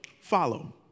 Follow